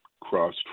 cross